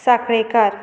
साखळेकार